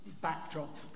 backdrop